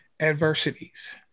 adversities